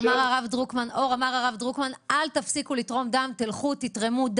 הרב דרוקמן אמר: אל תפסיקו לתרום דם תלכו,